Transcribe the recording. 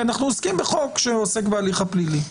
כי אנחנו עוסקים בחוק שעוסק בהליך הפלילי.